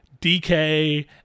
DK